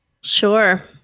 Sure